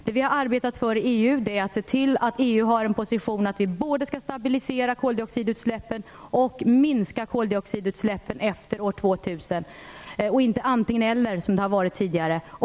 I EU har vi arbetat för att se till att EU har positionen att vi både skall stabilisera koldioxidutsläppen och minska koldioxidutsläppen efter år 2000 - inte antingen eller, som det har varit tidigare.